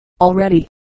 Already